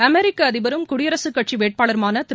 அமெரிக்க அதிபரும் குடியரசு கட்சி வேட்பாளருமான திரு